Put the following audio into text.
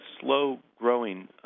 slow-growing